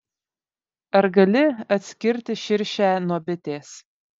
ar gali atskirti širšę nuo bitės